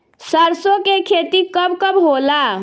सरसों के खेती कब कब होला?